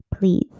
please